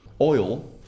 oil